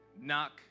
Knock